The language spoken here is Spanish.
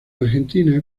argentina